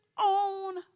own